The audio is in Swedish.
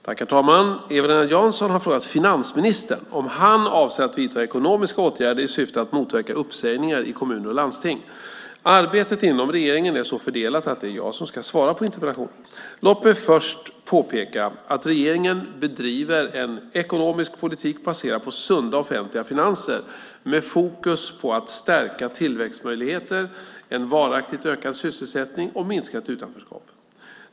Herr talman! Eva-Lena Jansson har frågat finansministern om han avser att vidta ekonomiska åtgärder i syfte att motverka uppsägningar i kommuner och landsting. Arbetet inom regeringen är så fördelat att det är jag som ska svara på interpellationen. Låt mig först påpeka att regeringen bedriver en ekonomisk politik baserad på sunda offentliga finanser med fokus på stärkta tillväxtmöjligheter, en varaktigt ökad sysselsättning och minskat utanförskap.